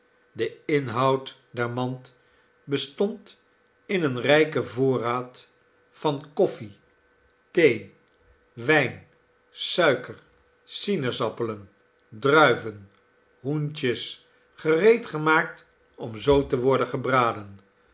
de inhoud der mand bestond in een rijken voorrajftd van koffie thee wijn suiker sinaasappelen druiven hoentjes gereedgemaakt om zoo te worden gebraden